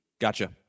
Gotcha